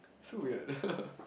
so weird